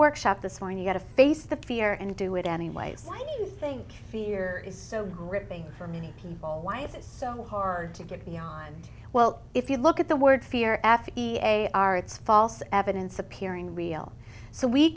workshop this morning you gotta face the fear and do it anyways i think fear is so gripping for many people why it's so hard to get beyond well if you look at the word fear f e a are it's false evidence appearing real so we